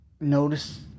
notice